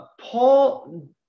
Paul